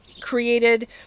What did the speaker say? created